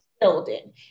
building